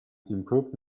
improved